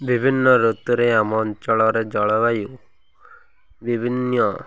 ବିଭିନ୍ନ ଋତୁରେ ଆମ ଅଞ୍ଚଳରେ ଜଳବାୟୁ ବିଭିନ୍ନ